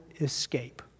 escape